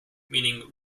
meaning